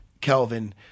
Kelvin